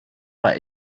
war